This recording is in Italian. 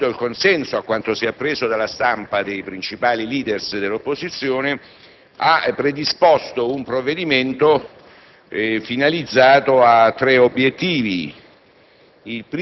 acquisito il consenso - a quanto si è appreso dalla stampa - dei principali *leader* dell'opposizione, ha predisposto un provvedimento finalizzato a tre obiettivi: